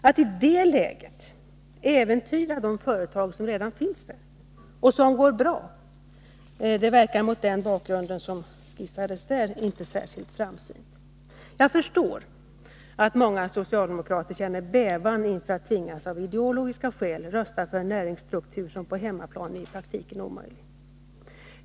Atti det läget äventyra det företag som redan finns där — och som går bra — verkar mot den bakgrund jag nyss åberopade inte särskilt framsynt. Jag förstår att många socialdemokrater känner bävan inför att av ideologiska skäl tvingas rösta för en näringsstruktur som på hemmaplan är i praktiken omöjlig.